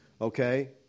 okay